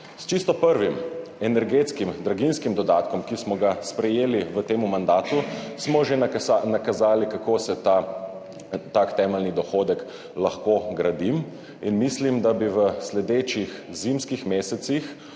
S čisto prvim energetskim draginjskim dodatkom, ki smo ga sprejeli v tem mandatu, smo že nakazali, kako se ta tak temeljni dohodek lahko gradi. Mislim, da bi v sledečih zimskih mesecih